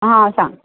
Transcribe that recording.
आ सांग